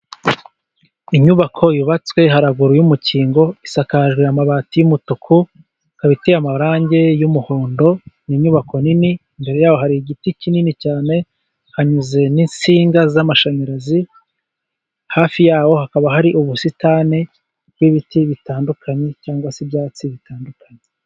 Inyubako yubatswe haruguru y'umukingo isakaje amabati y'umutuku, ikaba iteye amarangi y'umuhondo ni inyubako nini, imbere yaho hari igiti kinini cyane, hanyuze n'insinga z'amashanyarazi, hafi ya ho hakaba hari ubusitani bw'ibiti bitandukanye, cyangwa se ibyatsi bitandukanye.